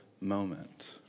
moment